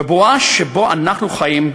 בבועה שבה אנחנו חיים,